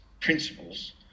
principles